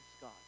God